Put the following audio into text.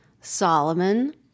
Solomon